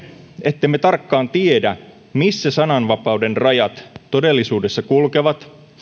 ettemme tarkkaan tiedä missä sananvapauden rajat todellisuudessa kulkevat